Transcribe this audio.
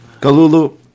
Kalulu